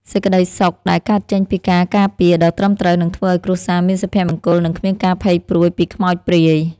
សេចក្តីសុខដែលកើតចេញពីការការពារដ៏ត្រឹមត្រូវនឹងធ្វើឱ្យគ្រួសារមានសុភមង្គលនិងគ្មានការភ័យព្រួយពីខ្មោចព្រាយ។